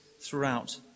throughout